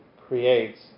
creates